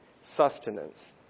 sustenance